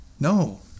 No